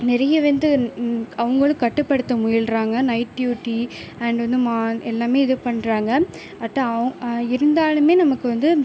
நிறைய வந்து அவங்களும் கட்டுப்படுத்த முயலுகிறாங்க நைட் டியூட்டி அண்ட் வந்து எல்லாமே இது பண்ணுறாங்க அட் இருந்தாலுமே நமக்கு வந்து